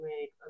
make